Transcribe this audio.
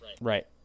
Right